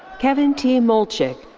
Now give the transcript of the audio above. kevin t. molczyk.